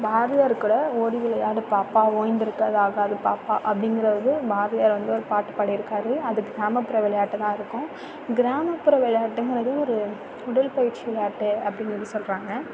பாரதியார் கூட ஓடி விளையாடு பாப்பா ஓய்ந்திருக்கலாகாது பாப்பா அப்படிங்கிறது பாரதியார் வந்து ஒரு பாட்டு பாடியிருக்காரு அது கிராமப்புற விளையாட்டு தான் இருக்கும் கிராமப்புற விளையாட்டுங்கிறது ஒரு உடல் பயிற்சி விளையாட்டு அப்படினு வந்து சொல்கிறாங்க